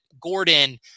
Gordon